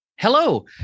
Hello